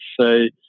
say